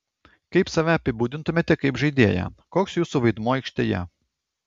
kaip save apibūdintumėte kaip žaidėją koks jūsų vaidmuo aikštėje